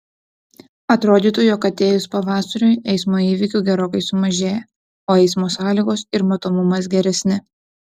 atrodytų jog atėjus pavasariui eismo įvykių gerokai sumažėja o eismo sąlygos ir matomumas geresni